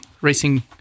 racing